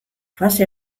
fase